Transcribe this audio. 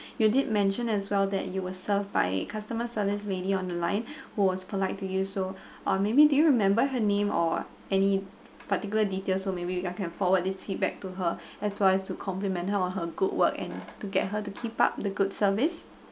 you did mention as well that you were serve by customer service lady on the line was polite to you so uh maybe do you remember her name or any particular details so maybe we I can forward this feedback back to her as well as to compliment her on her good work and to get her to keep up the good service